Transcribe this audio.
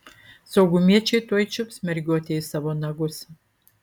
saugumiečiai tuoj čiups mergiotę į savo nagus